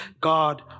God